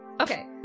Okay